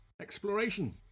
exploration